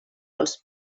els